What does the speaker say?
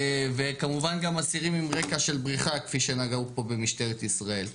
וכמובן גם אסירים עם רקע של בריחה כפי שנגעו בו במשטרת ישראל.